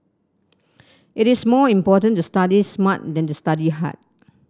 it is more important to study smart than to study hard